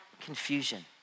confusion